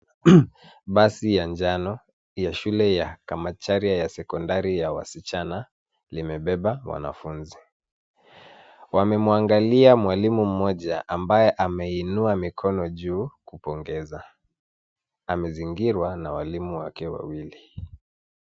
Basi ya njano ya Shule ya Kamacharia ya Sekondari ya Wasichana limebeba wanafunzi. Wamemwangalia mwalimu mmoja ambaye ameinua mikono juu kupongeza. Amezingirwa na walimu wake wawili.